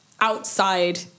outside